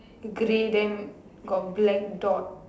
grey then got black dot